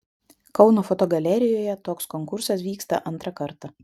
kauno fotogalerijoje toks konkursas vyksta antrą kartą